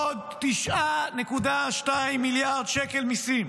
עוד 9.2 מיליארד שקל מיסים.